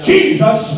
Jesus